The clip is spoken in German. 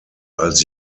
als